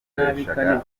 bakoreshaga